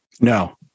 No